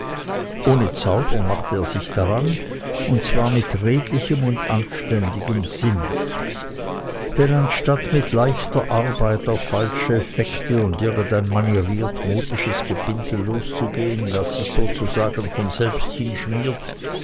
ohne zaudern machte er sich daran und zwar mit redlichem und anständigem sinne denn anstatt mit leichter arbeit auf falsche effekte und irgendein manieriert modisches gepinsel loszugehen das sich sozusagen von selbst hinschmiert